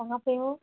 कहाँ पर हो